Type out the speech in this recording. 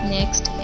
Next